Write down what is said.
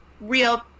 real